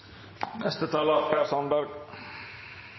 Neste taler